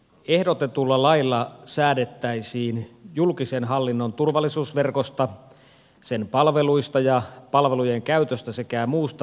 ehdotetulla lailla säädettäisiin julkisen hallinnon turvallisuusverkosta sen palveluista ja palvelujen käytöstä sekä muusta turvallisuusverkkotoiminnasta